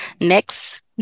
Next